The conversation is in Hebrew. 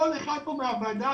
כל אחד פה מהוועדה,